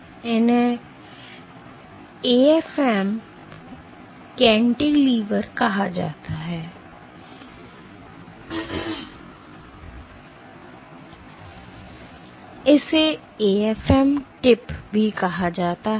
तो इसे AFM cantilever कहा जाता है और इसे AFM टिप कहा जाता है